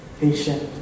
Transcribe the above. patient